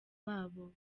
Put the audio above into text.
babo